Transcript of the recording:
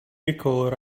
nicole